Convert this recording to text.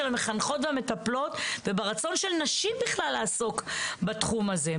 המחנכות והמטפלות וברצון של נשים בכלל לעסוק בתחום הזה.